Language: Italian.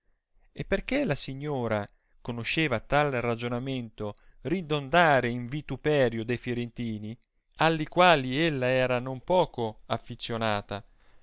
e perchè la signora conosceva tal ragionamento ridondare in vituperio de firentini alli quali ella era non poco afficionata